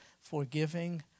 forgiving